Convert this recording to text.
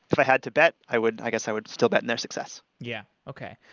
if i had to bet, i would. i guess i would still bet in their success. yeah, okay.